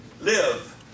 live